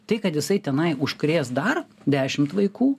tai kad jisai tenai užkrės dar dešimt vaikų